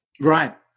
Right